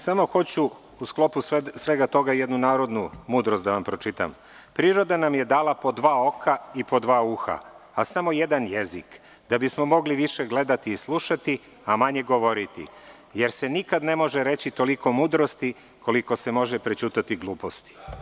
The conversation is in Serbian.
Samo hoću, u sklopu svega toga, jednu narodnu mudrost da vam pročitam – priroda nam je dala po dva oka i po dva uha, a samo jedan jezik, da bismo mogli više gledati i slušati, a manje govoriti, jer se nikada ne može reći toliko mudrosti, koliko se može prećutati gluposti.